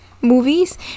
movies